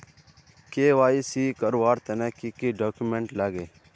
KYC करवार तने की की डॉक्यूमेंट लागे?